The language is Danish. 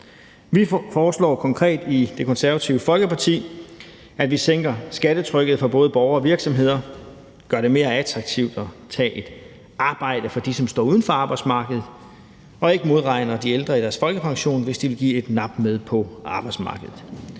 Vi foreslår konkret i Det Konservative Folkeparti, at vi sænker skattetrykket for både borgere og virksomheder, gør det mere attraktivt at tage et arbejde for dem, som står uden for arbejdsmarkedet, og ikke modregner de ældre i deres folkepension, hvis de vil give et nap med på arbejdsmarkedet.